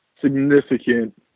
significant